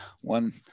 one